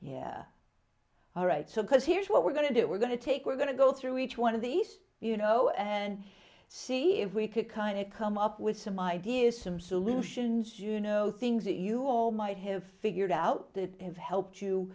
here all right so because here's what we're going to do we're going to take we're going to go through each one of these you know and see if we could kind of come up with some ideas some solutions you know things that you all might have figured out that have helped you